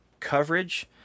coverage